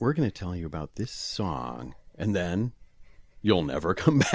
we're going to tell you about this song and then you'll never come